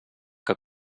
que